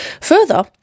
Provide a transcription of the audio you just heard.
Further